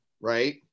right